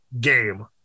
game